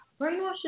brainwash